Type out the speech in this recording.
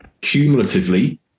cumulatively